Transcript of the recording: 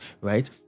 right